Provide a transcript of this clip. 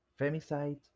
Femicide